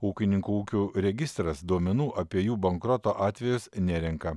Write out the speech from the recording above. ūkininkų ūkių registras duomenų apie jų bankroto atvejus nerenka